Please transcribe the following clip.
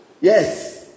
Yes